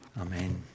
Amen